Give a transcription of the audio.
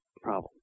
problem